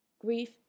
Grief